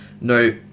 no